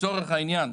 לצורך העניין,